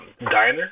diner